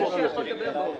דוב"ב.